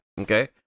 okay